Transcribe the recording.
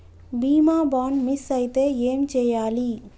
బీమా bond miss అయితే ఏం చేయాలి?